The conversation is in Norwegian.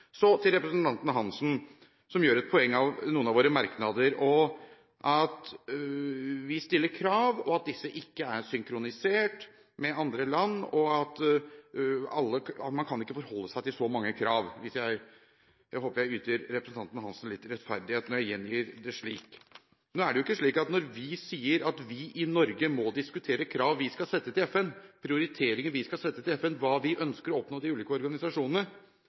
Så til representanten Svein Roald Hansen som gjør et poeng av noen av våre merknader. Vi stiller krav, som ikke er synkronisert med andre land, og man kan ikke forholde seg til så mange krav. Jeg håper jeg yter representanten Hansen litt rettferdighet når jeg gjengir det slik. Når vi sier at vi i Norge må diskutere krav vi skal sette til FN – prioriteringer vi skal sette til FN, hva vi ønsker å oppnå i de ulike organisasjonene